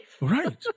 Right